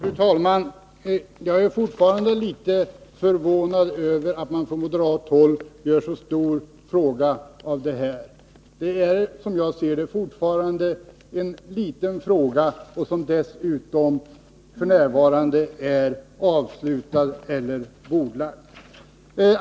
Fru talman! Jag är fortfarande förvånad över att man från moderat håll gör så stor fråga av det här. Det är, som jag ser det, en liten fråga som dessutom f.n. är bordlagd.